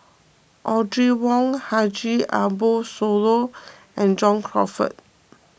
Audrey Wong Haji Ambo Sooloh and John Crawfurd